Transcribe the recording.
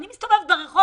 אני מסתובבת ברחוב,